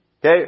okay